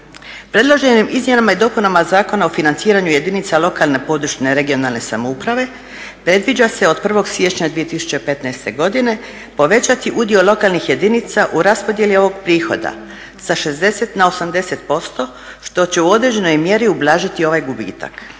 Predloženim izmjenama i dopunama Zakona o financiranju jedinica lokalne, područne regionalne samouprave predviđa se od 1. siječnja 2015. godine povećati udio lokalnih jedinica u raspodjeli ovog prihoda sa 60 na 80% što će u određenoj mjeri ublažiti ovaj gubitak.